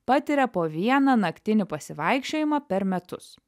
patiria po vieną naktinį pasivaikščiojimą per metus